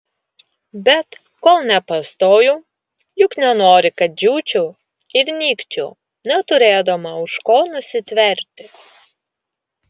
bet kol nepastojau juk nenori kad džiūčiau ir nykčiau neturėdama už ko nusitverti